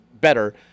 better